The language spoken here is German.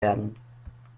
werden